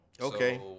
Okay